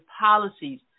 policies